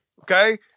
okay